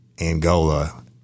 Angola